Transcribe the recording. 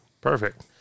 Perfect